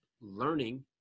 learning